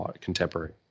contemporary